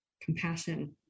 Compassion